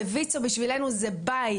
ויצ"ו, בשבילנו זה בית.